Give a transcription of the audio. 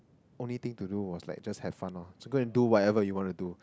only thing to do was like just have fun orh so go and do whatever you want to do